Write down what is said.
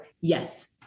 yes